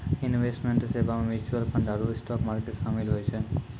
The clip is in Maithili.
इन्वेस्टमेंट सेबा मे म्यूचूअल फंड आरु स्टाक मार्केट शामिल होय छै